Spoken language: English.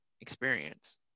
experience